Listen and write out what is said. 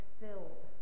filled